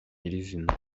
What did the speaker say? nyirizina